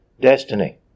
destiny